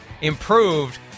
improved